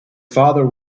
father